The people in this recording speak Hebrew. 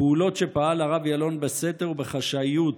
הפעולות שפעל הרב ילון בסתר ובחשאיות